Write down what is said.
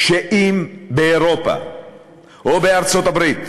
שאם באירופה או בארצות-הברית